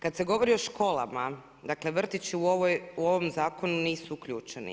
Kad se govori o školama, dakle vrtići u ovom zakonu nisu uključeni.